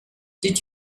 did